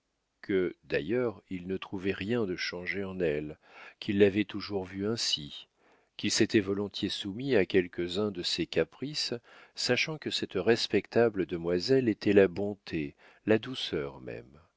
que d'ailleurs il ne trouvait rien de changé en elle qu'il l'avait toujours vue ainsi qu'il s'était volontiers soumis à quelques-uns de ses caprices sachant que cette respectable demoiselle était la bonté la douceur même